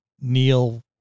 Neil